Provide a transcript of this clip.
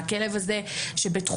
שהכלב הזה שבתחומה,